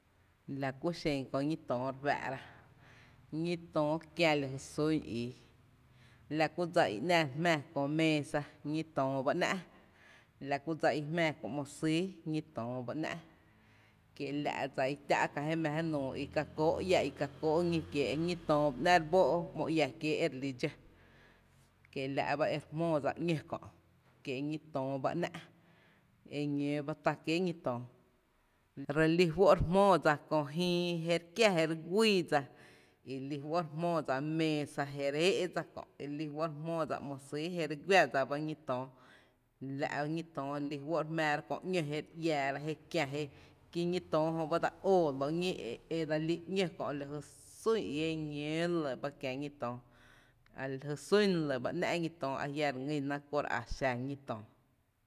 La kú xen Kö ñí töó re fáá’ra, ñí töó kiä la jy sún ii, la kú dsa i ‘nⱥⱥ re jmⱥⱥ kö meesa ñí töó bá ‘nⱥ’, la kú dsa i jmⱥⱥ kö ‘mo sýý ñí töó ba ‘nⱥ’ kie la’ dsa i tⱥ’ kää jé nuu i ka kóó’ iä, i ká kóó’ ñí kiee’ ñí töó bá ‘nⱥ’ re bó ‘mo iⱥ kiee’ ere lí dxó kiela’ ba e re jmóó dsa ‘ñó kö kié’ ñí töó bá ‘nⱥ’, eñóó ba tá kiéé’ ñó töó re lí fó’ re jmóó dsa kö jïí jé re kiá je re guíí dsa i re lí fó’ re jmóódsa méésa jé re é’ dsa kö’ re lí fó’ re jmóódsa ´mo sýý jé re guⱥ dsa ba ñí töó la’ ba ñí töó re lí fó’ re jmⱥⱥra kö ‘ñó jé re iäära jé kiä je kí ñí töó jö ba dse óó ló ñí edse lí ‘ñó kö’ la jy sún ii e ñóó lɇ ba e kiä ñí töó la jy sún lɇ ba ‘nⱥ’ ñí töó, ajia’ re ngýna kúa exa ñí töó.